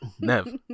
Nev